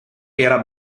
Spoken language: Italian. era